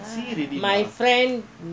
is staying there ah I think